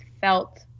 felt